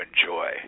enjoy